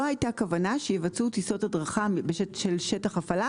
לא הייתה כוונה שיבצעו טיסות הדרכה של שטח הפעלה,